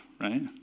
right